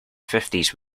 fifties